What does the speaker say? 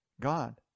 God